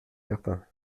certain